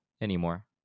anymore